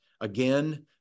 again